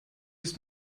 ist